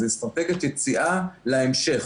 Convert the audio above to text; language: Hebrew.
זו אסטרטגיית יציאה להמשך,